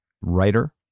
writer